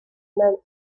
men